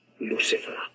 Lucifer